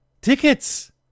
tickets